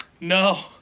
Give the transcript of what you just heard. no